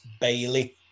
Bailey